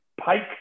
pike